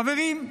חברים,